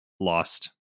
Lost